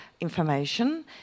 information